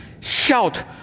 shout